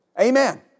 Amen